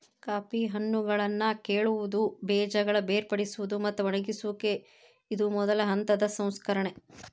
coffee ಹಣ್ಣುಗಳನ್ನಾ ಕೇಳುವುದು, ಬೇಜಗಳ ಬೇರ್ಪಡಿಸುವುದು, ಮತ್ತ ಒಣಗಿಸುವಿಕೆ ಇದು ಮೊದಲ ಹಂತದ ಸಂಸ್ಕರಣೆ